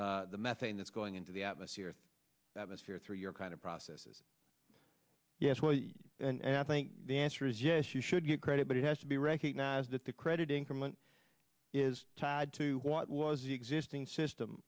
the methane that's going into the atmosphere that was here through your kind of process is yes well and i think the answer is yes you should get credit but it has to be recognised that the credit increment is tied to what was the existing system